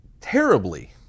terribly